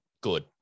Good